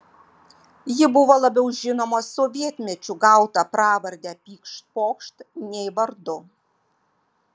ji buvo labiau žinoma sovietmečiu gauta pravarde pykšt pokšt nei vardu